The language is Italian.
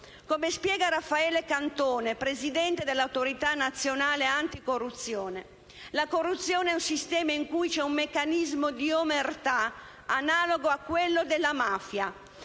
Come spiega Raffaele Cantone, presidente dell'Autorità nazionale anticorruzione, «la corruzione è un sistema in cui c'è un meccanismo di omertà analogo a quello della mafia: